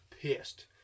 pissed